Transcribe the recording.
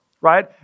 right